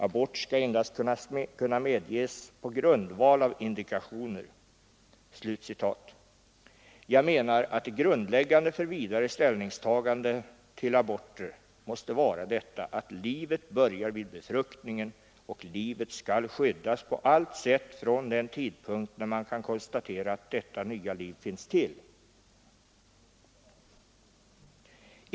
Abort skall endast kunna medges på grundval av indikationer.” Jag menar att det grundläggande för vidare ställningstaganden till aborter måste vara detta: att livet börjar vid befruktningen och att livet skall skyddas på allt sätt från den tidpunkt när man kan konstatera att detta nya liv finns till.